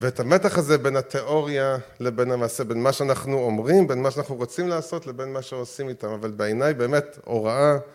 ואת המתח הזה בין התיאוריה לבין המעשה בין מה שאנחנו אומרים בין מה שאנחנו רוצים לעשות לבין מה שעושים איתם אבל בעיניי באמת הוראה